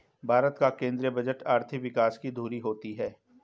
भारत का केंद्रीय बजट आर्थिक विकास की धूरी होती है